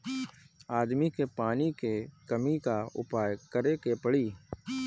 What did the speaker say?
आदमी के पानी के कमी क उपाय करे के पड़ी